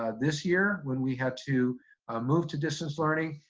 ah this year, when we had to move to distance learning,